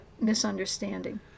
misunderstanding